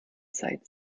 zeit